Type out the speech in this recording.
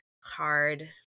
hard